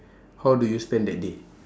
how do you spend that day